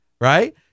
right